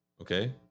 okay